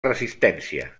resistència